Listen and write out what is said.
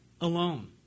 alone